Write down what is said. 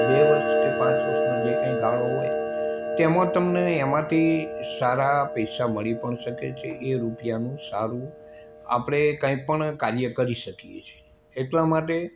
બે વર્ષ કે પાંચ વર્ષનો જે કંઈ ગાળો હોય તેમાં તમને એમાંથી સારા પૈસા મળી પણ શકે છે એ રૂપિયાનું સારું આપણે કાંઈ પણ કાર્ય કરી શકીએ છીએ એટલા માટે